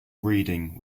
reading